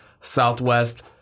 Southwest